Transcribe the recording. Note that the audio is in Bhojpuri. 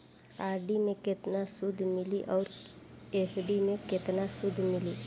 आर.डी मे केतना सूद मिली आउर एफ.डी मे केतना सूद मिली?